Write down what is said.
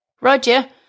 Roger